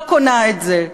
לא קונה את זה.